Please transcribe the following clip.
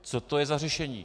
Co to je za řešení?